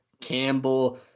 Campbell